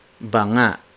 banga